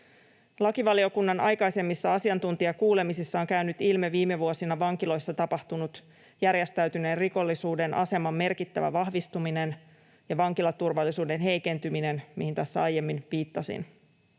Lakivaliokunnan aikaisemmissa asiantuntijakuulemisissa on käynyt ilmi viime vuosina vankiloissa tapahtunut järjestäytyneen rikollisuuden aseman merkittävä vahvistuminen ja vankilaturvallisuuden heikentyminen, mihin tässä aiemmin viittasin.